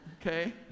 Okay